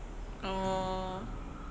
oh